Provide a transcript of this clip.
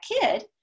kid